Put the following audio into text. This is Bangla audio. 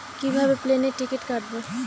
কিভাবে প্লেনের টিকিট কাটব?